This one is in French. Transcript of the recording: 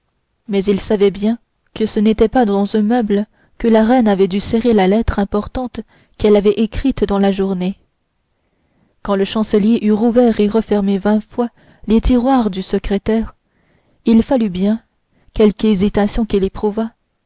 mais il savait bien que ce n'était pas dans un meuble que la reine avait dû serrer la lettre importante qu'elle avait écrite dans la journée quand le chancelier eut rouvert et refermé vingt fois les tiroirs du secrétaire il fallut bien quelque hésitation qu'il éprouvât